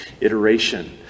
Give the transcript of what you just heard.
iteration